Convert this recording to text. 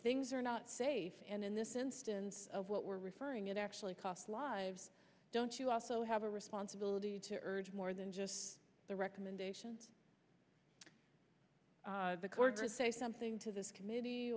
things are not safe and in this instance of what we're referring it actually cost lives don't you also have a responsibility to urge more than just the recommendations the core group say something to this committee